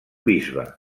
bisbe